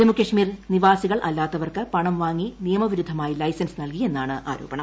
ജമ്മുകശ്മീർ നിവാസികളല്ലാത്തവർക്ക് പണം വാങ്ങി നിയമവിരുദ്ധമായി ലൈസൻസ് നൽകി എന്നാണ് ആരോപണം